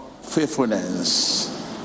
faithfulness